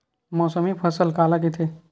मौसमी फसल काला कइथे?